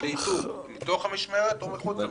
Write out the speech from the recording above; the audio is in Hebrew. לאיתור, מתוך המשמר או מחוץ למשמר.